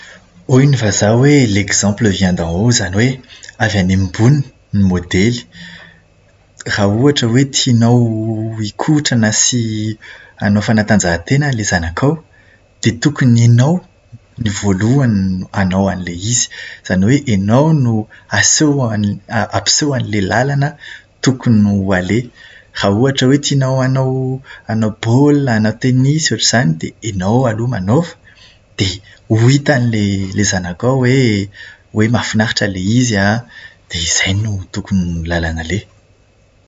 Hoy ny vazaha hoe "L'exemple vient d'en haut" izany hoe avy any ambony ny maodely. Raha ohatra hoe tianao hikotra na sy hanao fanatanjahantena ilay zanakao, dia tokony ianao no voalohany nanao an'ilay izy. Izany hoe ianao no aseho an- ampiseho an'ilay lalana tokony ho aleha. Raha ohatra hoe tianao hanao hanao baolina, hanao tenisy dia ianao aloha manaova, ho hitan'ilay zanakao hoe hoe mahafinaritra ilay izy an, dia izay no tokony lalana aleha.